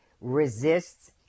resists